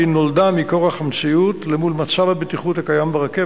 והיא נולדה מכורח המציאות מול מצב הבטיחות הקיים ברכבת.